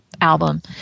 album